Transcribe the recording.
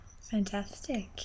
fantastic